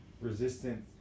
resistant